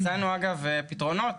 הצענו פתרונות.